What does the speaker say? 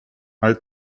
ale